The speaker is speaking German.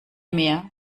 mehr